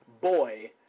boy